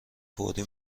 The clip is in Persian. فوری